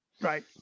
Right